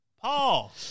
Paul